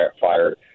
fire